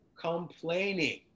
Complaining